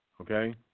okay